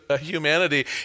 humanity